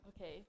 Okay